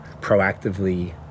proactively